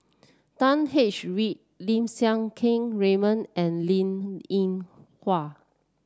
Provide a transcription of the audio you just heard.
William H Read Lim Siang Keat Raymond and Linn In Hua